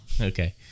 okay